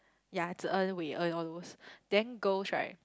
ya Zi-En Wei-En all those then girls right